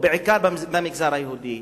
ובעיקר במגזר היהודי,